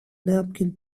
napkin